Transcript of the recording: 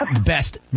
best